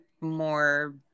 more